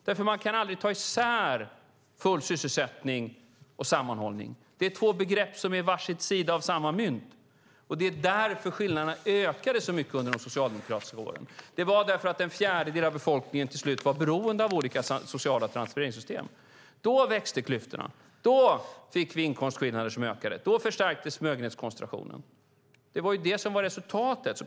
Man kan nämligen aldrig ta isär full sysselsättning och sammanhållning, det är två begrepp som utgör var sin sida av samma mynt, och det är därför skillnaderna ökade så mycket under de socialdemokratiska regeringsåren. Det var för att en fjärdedel av befolkningen till slut var beroende av olika sociala transfereringssystem. Då växte klyftorna, då fick vi ökade inkomstskillnader, då förstärktes förmögenhetskoncentrationen. Det var resultatet.